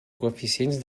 coeficients